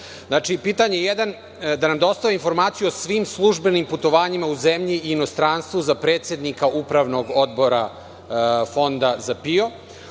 pitanja. Pitanje jedan – da nam dostavi informaciju o svim službenim putovanjima u zemlji i inostranstvu za predsednika Upravnog odbora Fonda za PIO,